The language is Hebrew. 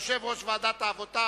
יושב-ראש ועדת העבודה,